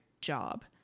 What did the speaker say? job